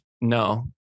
No